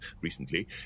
recently